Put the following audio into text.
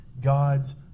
God's